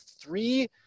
three-